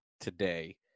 today